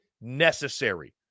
necessary